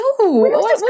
No